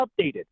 updated